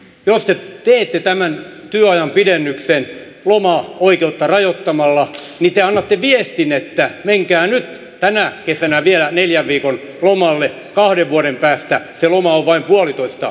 jos te teette tämän työajan pidennyksen lomaoikeutta rajoittamalla niin te annatte viestin että menkää nyt tänä kesänä vielä neljän viikon lomalle kahden vuoden päästä se loma on vain puolitoista viikkoa